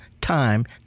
time